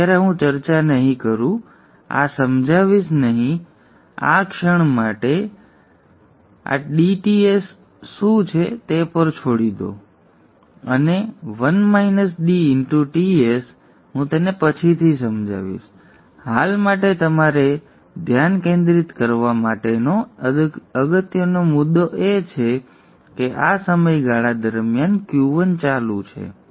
અત્યારે હું ચર્ચા નહીં કરું આ સમજાવીશ નહીં આ ક્ષણ માટે આ DTs શું છે તે પર છોડી દો અને Ts હું તેને પછીથી સમજાવીશ હાલ માટે તમારે ધ્યાન કેન્દ્રિત કરવા માટેનો અગત્યનો મુદ્દો એ છે કે આ સમયગાળા દરમિયાન Q1 ચાલુ છે